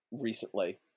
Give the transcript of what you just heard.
recently